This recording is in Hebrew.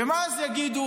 ומה אז יגידו?